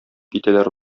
китәләр